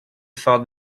saw